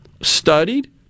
studied